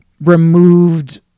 removed